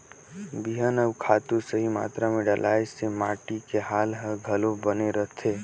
बिहान अउ खातू सही मातरा मे डलाए से माटी के हाल हर घलो बने रहथे